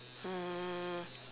um